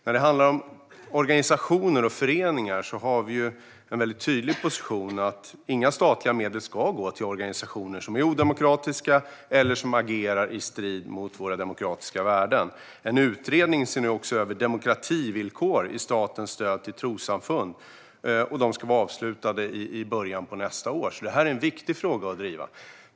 När det handlar om organisationer och föreningar har vi en väldigt tydlig position: Inga statliga medel ska gå till organisationer som är odemokratiska eller agerar i strid med våra demokratiska värden. En utredning som ska vara avslutad i början av nästa år ser nu också över demokrativillkor i statens stöd till trossamfund. Det här är en viktig fråga att driva.